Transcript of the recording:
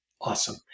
awesome